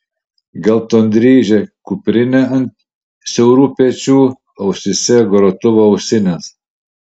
geltondryžė kuprinė ant siaurų pečių ausyse grotuvo ausinės